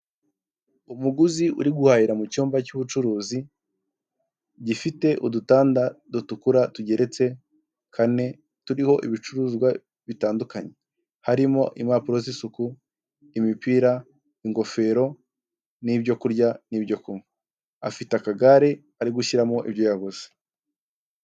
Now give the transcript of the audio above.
Umuguzi uri guhahira mu cyumba cy'ubucuruzi gifite udutanda dutukura tugeretse kane turiho ibicuruzwa bitandukanye, harimo impapuro z'isuku imipira ingofero n'ibyo kurya n'ibyo kunywa, afite akagare ari gushyiramo ibyo yabuze.